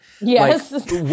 Yes